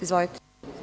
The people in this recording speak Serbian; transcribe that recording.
Izvolite.